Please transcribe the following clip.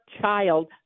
child